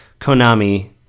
Konami